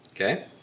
Okay